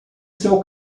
seu